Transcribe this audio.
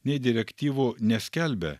nei direktyvų neskelbia